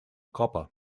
copper